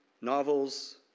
novels